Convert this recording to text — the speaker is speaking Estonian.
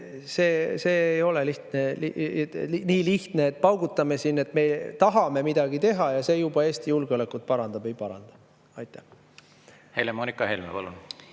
See ei ole nii lihtne, et paugutame siin, et me tahame midagi teha, ja see juba Eesti julgeolekut parandab. Ei paranda. Helle-Moonika Helme, palun!